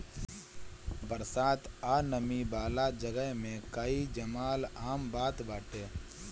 बरसात आ नमी वाला जगह में काई जामल आम बात बाटे